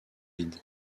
vide